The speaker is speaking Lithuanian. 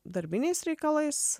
darbiniais reikalais